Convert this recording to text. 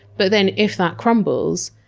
but then if that crumbles,